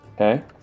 Okay